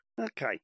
Okay